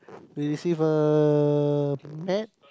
we receive a mat